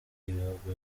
y’ibihugu